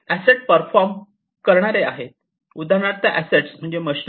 assets perform करणार आहेत उदाहरणार्थ असेट्स म्हणजे मशीनरी